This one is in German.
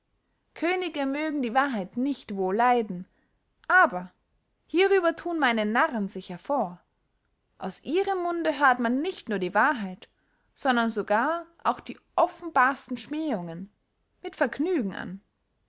könige mögen die wahrheit nicht wohl leiden aber hierüber thun meine narren sich hervor aus ihrem munde hört man nicht nur die wahrheit sondern sogar auch die offenbarsten schmähungen mit vergnügen an